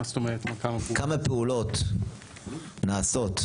כמה פעולות נעשות?